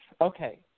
Okay